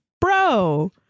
Bro